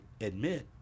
admit